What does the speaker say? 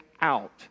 out